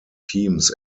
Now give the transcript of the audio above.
teams